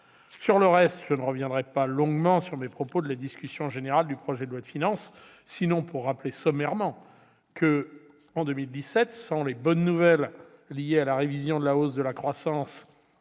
Pour le reste, je ne reviendrai pas longuement sur mes propos tenus lors de la discussion générale du projet de loi de finances, sinon pour rappeler sommairement que, en 2017, sans les « bonnes nouvelles » liées à la révision à la hausse de la croissance